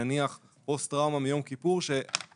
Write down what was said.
נניח פוסט טראומה מיום כיפור שעכשיו